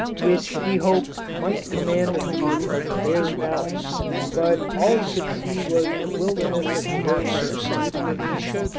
which he hoped might command a view of the bear valley but all he could see was a wilderness of hills and deep ravines,